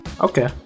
Okay